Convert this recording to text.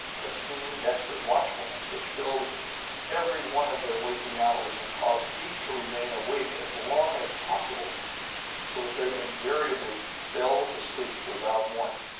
the keen, desperate watchfulness which filled every one of their waking hours, and caused each to remain awake as long as possible so that they invariably fell to sleep without warning.